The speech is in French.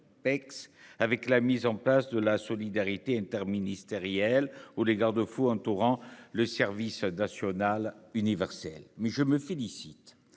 avec la mise en place de la solidarité interministérielle où les garde-fous entourant le service national universel mais je me félicite